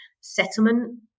settlement